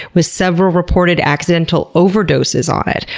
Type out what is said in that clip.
with several reported accidental overdoses on it,